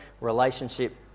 relationship